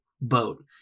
boat